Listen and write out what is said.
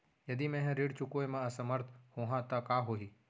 यदि मैं ह ऋण चुकोय म असमर्थ होहा त का होही?